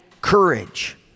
courage